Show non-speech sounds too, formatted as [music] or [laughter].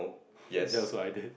[breath] that was what I did